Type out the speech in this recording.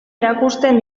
erakusten